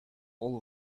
all